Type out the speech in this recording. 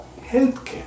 healthcare